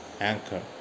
anchor